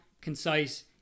concise